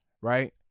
right